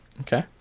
Okay